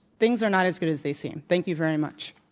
things are not as good as they seem. thank you very much.